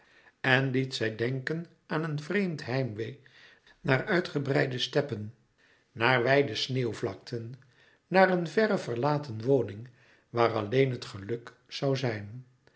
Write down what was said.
en liet zij denken aan een vreemd heimwee naar uitgebreide steppen naar wijde sneeuwvlakten naar een verre verlaten woning waar alleen het geluk zoû zijn